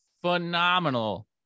phenomenal